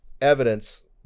evidence